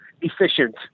efficient